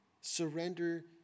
Surrender